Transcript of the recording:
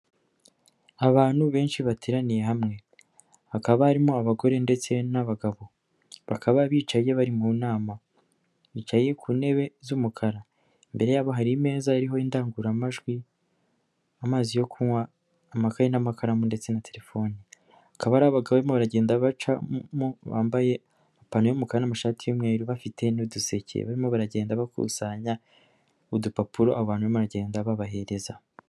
Abantu benshi bateraniye hamwe, hakaba harimo abagore ndetse n'abagabo, bakaba bicaye bari mu nama bicaye ku ntebe z'umukara, imbere yabo hari imeza iriho indangururamajwi, amazi yo kunywa, amakayi n'amakaramu ndetse na telefoni, akaba ari abagabo barimo baragenda bacamo bambaye amapantaro y'umukara n'amashati y'umweru bafite n'uduseke, barimo baragenda bakusanya udupapuro abo bantu barimo baragenda babahereza.